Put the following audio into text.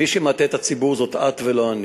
מי שמטעה את הציבור זאת את ולא אני.